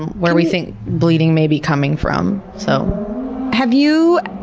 where we think bleeding may be coming from. so have you,